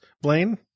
Blaine